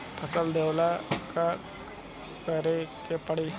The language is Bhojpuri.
फसल दावेला का करे के परी?